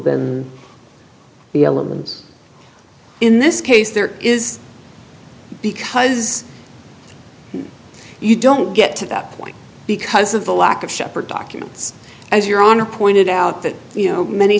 than the element in this case there is because you don't get to that point because of the lack of shepherd documents as your honor pointed out that you know many